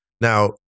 Now